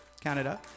Canada